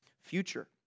future